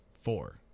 four